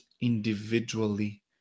individually